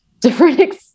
different